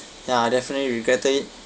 ya definitely regret it